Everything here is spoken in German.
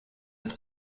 ist